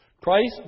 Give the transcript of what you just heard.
Christ